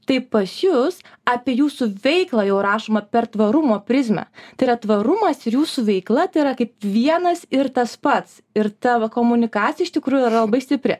tai pas jus apie jūsų veiklą jau rašoma per tvarumo prizmę tai yra tvarumas ir jūsų veikla tai yra kaip vienas ir tas pats ir tavo komunikacija iš tikrųjų yra labai stipri